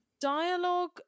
dialogue